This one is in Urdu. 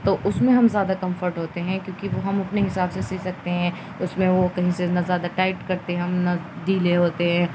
تو اس میں ہم زیادہ کمفرٹ ہوتے ہیں کیونکہ وہ ہم اپنے حساب سے سی سکتے ہیں اس میں وہ کہیں سے نہ زیادہ ٹائٹ کرتے ہم نہ ڈھیلے ہوتے ہیں